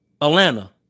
Atlanta